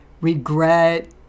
regret